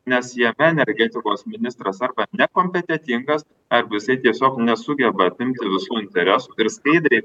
nes jame energetikos ministras arba nekompetentingas arba jisai tiesiog nesugeba apimti visų interesų ir skaidriai